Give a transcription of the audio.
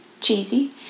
cheesy